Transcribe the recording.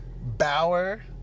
bauer